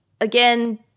Again